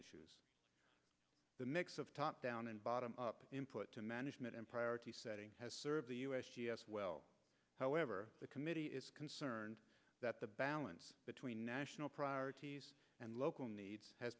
issues the mix of top down and bottom up input to management and priority setting has served the u s g s well however the committee is concerned that the balance between national priorities and local needs has